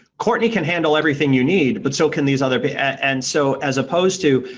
courtney can handle everything you need but so can these other but and so as opposed to,